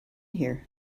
here